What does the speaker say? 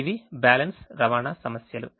ఇవి బ్యాలెన్స్ రవాణా సమస్యలు